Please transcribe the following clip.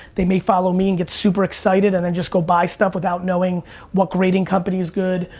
they may follow me and get super excited and then just go buy stuff without knowing what grading company's good,